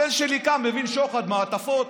הבן שלי מבין שוחד: מעטפות,